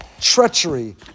treachery